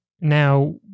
Now